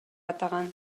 атаган